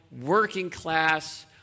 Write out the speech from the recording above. working-class